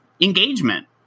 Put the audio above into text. engagement